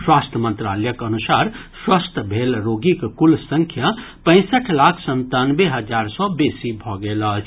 स्वास्थ्य मंत्रालयक अनुसार स्वस्थ मेल रोगीक कुल संख्या पैंसठि लाख संतानवे हजार सँ बेसी भऽ गेल अछि